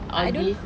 I don't